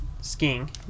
skiing